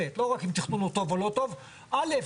ווליד,